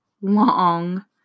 long